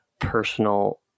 personal